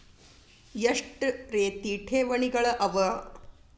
ಎಷ್ಟ ರೇತಿ ಠೇವಣಿಗಳ ಅವ?